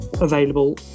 available